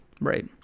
Right